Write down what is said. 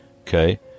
Okay